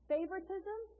Favoritism